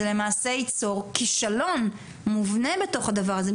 זה למעשה ייצור כישלון מובנה בתוך הדבר הזה,